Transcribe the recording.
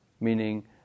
meaning